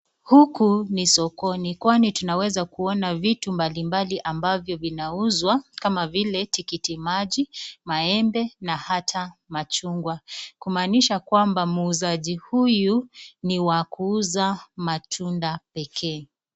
Huku ni sokoni kwani tunaweza kuona vitu mbalimbali ambavyo vinauzwa, kama vile tikiti maji ,maembe na hata machungwa, kumaanisha kwamba muuzaji huyu ni wa kuuza matunda pekee.